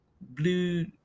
Blue